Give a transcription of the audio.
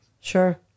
sure